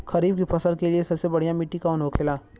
खरीफ की फसल के लिए सबसे बढ़ियां मिट्टी कवन होखेला?